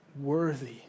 worthy